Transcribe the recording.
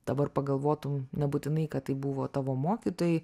dabar pagalvotum nebūtinai kad tai buvo tavo mokytojai